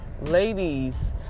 ladies